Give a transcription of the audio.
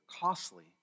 costly